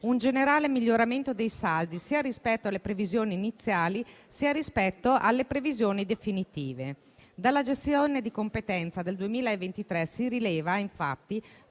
un generale miglioramento dei saldi, sia rispetto alle previsioni iniziali sia rispetto alle previsioni definitive. Dalla gestione di competenza del 2023 si rileva, infatti,